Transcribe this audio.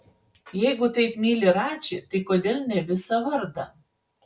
jeigu taip myli radžį tai kodėl ne visą vardą